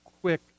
quick